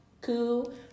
cool